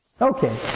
Okay